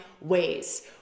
ways